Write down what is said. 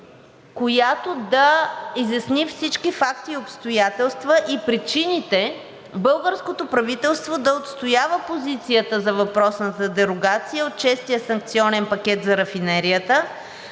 която да изясни всички факти и обстоятелства и причините българското правителство да отстоява позицията за въпросната дерогация от Шестия санкционен пакет за рафинерията,